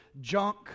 junk